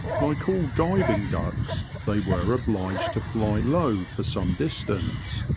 like all diving ducks they were obliged to fly low for some distance,